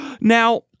now